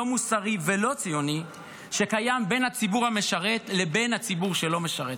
לא מוסרי ולא ציוני שקיים בין הציבור המשרת לבין הציבור שלא משרת.